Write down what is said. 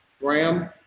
Graham